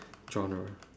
genre